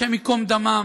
השם ייקום דמם,